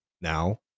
Now